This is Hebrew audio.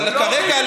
אבל כרגע,